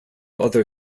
other